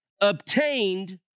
obtained